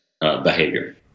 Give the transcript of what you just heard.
behavior